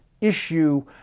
issue